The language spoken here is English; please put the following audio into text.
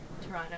toronto